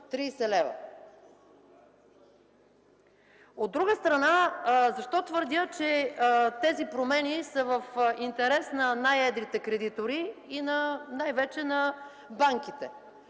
От друга страна, защо твърдя, че тези промени са в интерес на най-едрите кредитори и най-вече на банките?